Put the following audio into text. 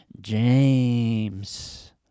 James